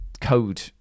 code